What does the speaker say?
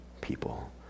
people